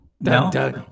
No